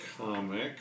comic